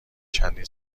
چندین